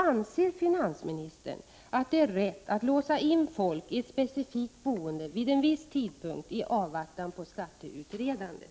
Anser finansministern att det är riktigt att låsa in folk i ett specifikt boende vid en viss tidpunkt i avvaktan på skatteutredandet?